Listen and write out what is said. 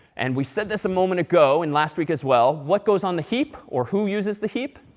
and we said this a moment ago, and last week as well, what goes on the heap? or who uses the heap?